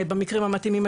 במקרים המתאימים,